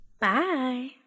bye